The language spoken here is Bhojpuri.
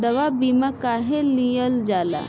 दवा बीमा काहे लियल जाला?